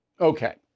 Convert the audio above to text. Okay